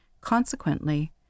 Consequently